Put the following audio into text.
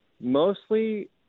mostly